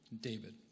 David